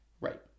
Right